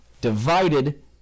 divided